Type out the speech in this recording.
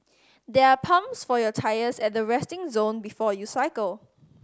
there are pumps for your tyres at the resting zone before you cycle